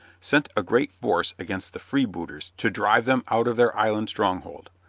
sent a great force against the freebooters to drive them out of their island stronghold.